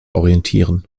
orientieren